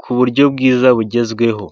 ku buryo bwiza bugezweho.